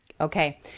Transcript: Okay